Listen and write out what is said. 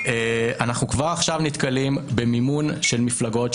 כבר עכשיו אנחנו נתקלים במימון של מפלגות,